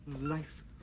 Life